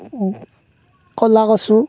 ক'লা কচু